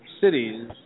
cities